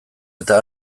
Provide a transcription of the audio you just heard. eta